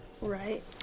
right